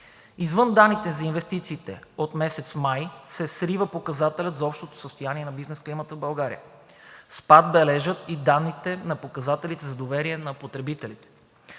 Извън данните за инвестициите от месец май се срива показателят за общото състояние на бизнес климата в България. Спад бележат и данните на показателите за доверие на потребителите.